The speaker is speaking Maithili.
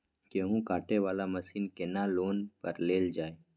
गेहूँ काटे वाला मशीन केना लोन पर लेल जाय?